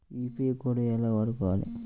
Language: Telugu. యూ.పీ.ఐ కోడ్ ఎలా వాడుకోవాలి?